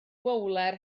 fowler